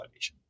validation